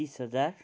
तिस हजार